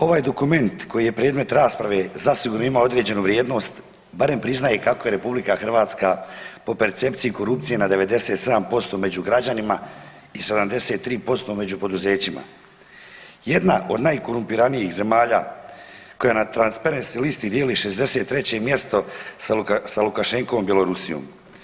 Ovaj dokument koji je predmet rasprave zasigurno ima određenu vrijednost, barem priznaje kako je RH po percepciji korupcije na 97% među građanima i 73% među poduzećima jedna od najkorumpiranijih zemalja koja na transperisi listi dijeli 63. mjesto sa Lukašenkom i Bjelorusijom.